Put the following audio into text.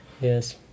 yes